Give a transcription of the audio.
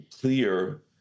clear